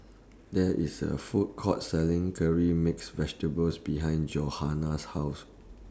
There IS A Food Court Selling Curry Mixed Vegetables behind Johannah's House